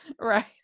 Right